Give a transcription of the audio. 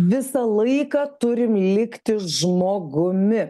visą laiką turim likti žmogumi